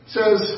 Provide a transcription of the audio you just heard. Says